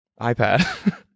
iPad